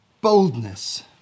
Boldness